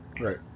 Right